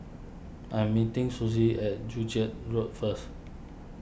I am meeting Sussie at Joo Chiat Road first